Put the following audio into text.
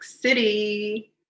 City